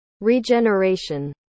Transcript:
regeneration